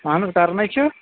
اہَن حظ کران ہے چھ